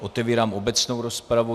Otevírám obecnou rozpravu.